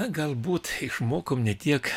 galbūt išmokom ne tiek